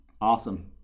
Awesome